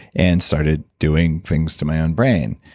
and started doing things to my own brain.